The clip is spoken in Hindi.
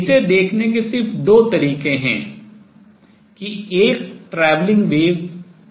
इसे देखने के सिर्फ दो तरीके हैं कि एक travelling wave प्रगामी तरंग कैसी दिखेगी